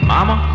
Mama